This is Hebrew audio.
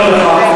שלום לך,